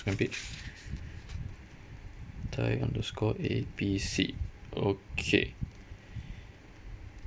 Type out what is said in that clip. page thai underscore A B C okay